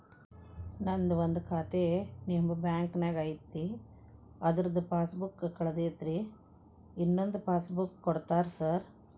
ನಂದು ಒಂದು ಖಾತೆ ನಿಮ್ಮ ಬ್ಯಾಂಕಿನಾಗ್ ಐತಿ ಅದ್ರದು ಪಾಸ್ ಬುಕ್ ಕಳೆದೈತ್ರಿ ಇನ್ನೊಂದ್ ಪಾಸ್ ಬುಕ್ ಕೂಡ್ತೇರಾ ಸರ್?